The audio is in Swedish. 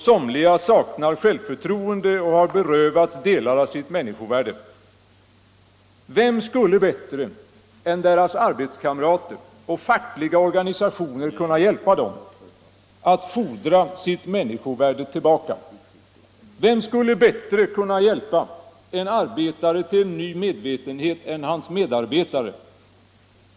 Somliga saknar självförtroende och har berövats delar av sitt människovärde. Vem skulle bättre än deras arbetskamrater och fackliga organisationer kunna hjälpa dem att fordra sitt människovärde tillbaka? Vem skulle bättre kunna hjälpa en arbetare till en ny medvetenhet än hans medarbetare?